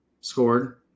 scored